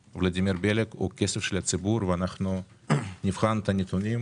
ולדימיר בליאק אלא כסף של הציבור ונבחן את הנתונים,